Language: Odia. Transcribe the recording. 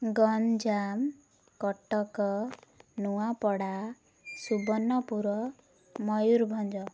ଗଞ୍ଜାମ କଟକ ନୂଆପଡ଼ା ସୁବର୍ଣ୍ଣପୁର ମୟୂୁରଭଞ୍ଜ